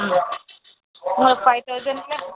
ம் உங்களுக்கு ஃபைவ் தௌசண்டில்